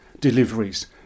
deliveries